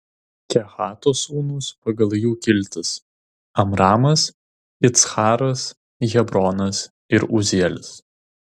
kehato sūnūs pagal jų kiltis amramas iccharas hebronas ir uzielis